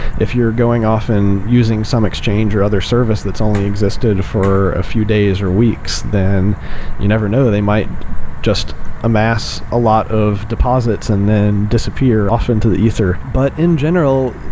if you're going off and using some exchange or other service that's only existed for a few days or weeks, then you never know. they might just amass a lot of deposits and then disappear often to the ether. but in general,